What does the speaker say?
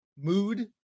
mood